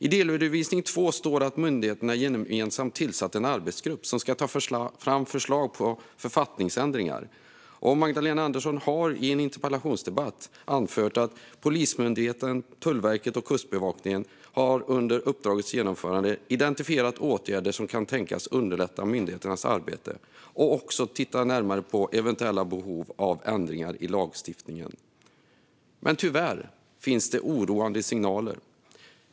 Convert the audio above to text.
I delredovisning två står att myndigheterna gemensamt har tillsatt en arbetsgrupp som ska ta fram förslag på författningsändringar. Och Magdalena Andersson sa så här i en interpellationsdebatt: Polismyndigheten, Tullverket och Kustbevakningen har under uppdragets genomförande identifierat åtgärder som kan tänkas underlätta myndigheternas arbete och tittar också närmare på eventuella behov av ändringar i lagstiftningen. Men tyvärr finns det oroande signaler.